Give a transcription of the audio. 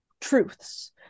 truths